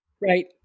Right